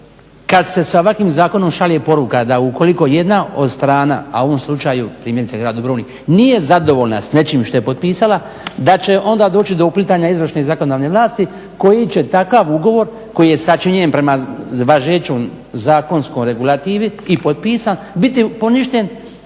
kada se sa ovakvim zakonom šalje poruka da ukoliko jedna od strana, a u ovom slučaju primjerice grad Dubrovnik nije zadovoljna s nečim što je potpisala da će onda doći do uplitanja izvršne i zakonodavne vlasti koji će takav ugovor koji je sačinjen prema važećoj zakonskoj regulativi i potpisan biti poništen